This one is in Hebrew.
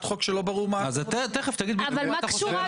חוק שלא ברור --- תכף תגיד מה אתה חושב.